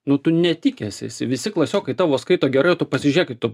nu tu netikęs esi visi klasiokai tavo skaito gerai o tu pasižiūrėk kaip tu